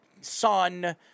son